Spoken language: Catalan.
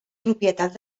propietat